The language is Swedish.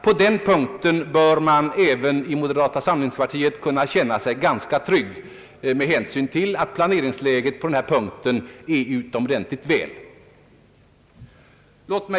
På den punkten bör man även i moderata samlingspartiet kunna känna sig ganska trygg med hänsyn till att planeringsläget här är utomordentligt gott.